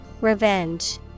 Revenge